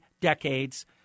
decades